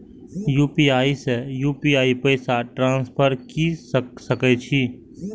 UPI से UPI पैसा transfer की सके छी?